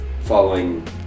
following